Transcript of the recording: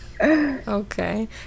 Okay